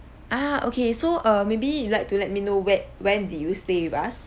ah okay so err maybe you like to let me know when when did you stay with us